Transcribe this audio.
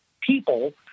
people